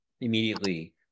immediately